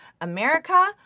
America